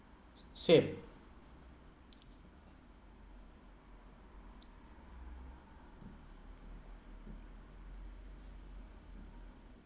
same